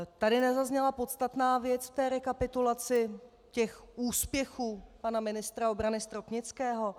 Tady nezazněla podstatná věc v té rekapitulaci úspěchů pana ministra obrany Stropnického.